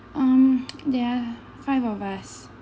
mm there are five of us